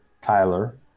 Tyler